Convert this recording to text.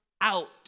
out